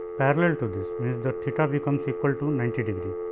parallel to this means the theta becomes equal to ninety degree.